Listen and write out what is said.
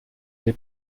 n’ai